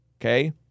Okay